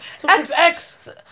xx